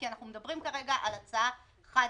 כי אנחנו מדברים כרגע על הצעה לתקציב חד-שנתי.